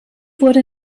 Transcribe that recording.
wurde